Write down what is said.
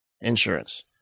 insurance